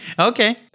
Okay